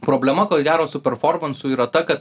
problema ko gero su performansu yra ta kad